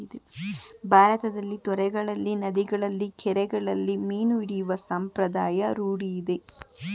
ಭಾರತದಲ್ಲಿ ತೊರೆಗಳಲ್ಲಿ, ನದಿಗಳಲ್ಲಿ, ಕೆರೆಗಳಲ್ಲಿ ಮೀನು ಹಿಡಿಯುವ ಸಂಪ್ರದಾಯ ರೂಢಿಯಿದೆ